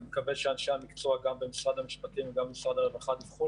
אני מקווה שאנשי המקצוע גם במשרד המשפטים וגם במשרד הרווחה דיווחו